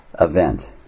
event